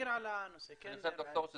ד"ר,